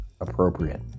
appropriate